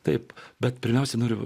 taip bet pirmiausia noriu